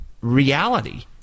reality